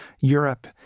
Europe